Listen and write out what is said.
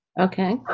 okay